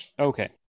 Okay